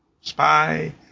spy